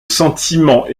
sentiment